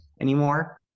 anymore